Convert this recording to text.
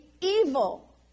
evil